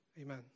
Amen